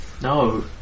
no